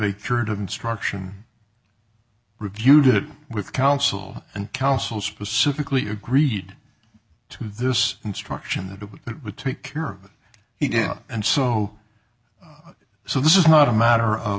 a period of instruction reviewed it with counsel and counsel specifically agreed to this instruction that it would take care of it he did and so so this is not a matter of